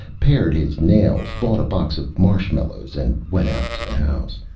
pared his nails, bought a box of marshmallows, and went out to the house.